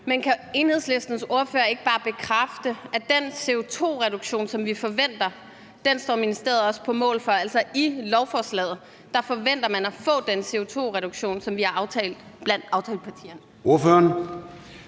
Men kan Enhedslistens ordfører ikke bare bekræfte, at den CO2-reduktion, som vi forventer, står ministeriet også på mål for, altså at man i lovforslaget forventer at få den CO2-reduktion, som vi aftalt blandt aftalepartierne?